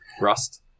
rust